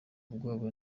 ubwoba